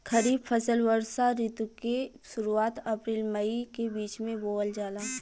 खरीफ फसल वषोॅ ऋतु के शुरुआत, अपृल मई के बीच में बोवल जाला